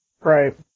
Right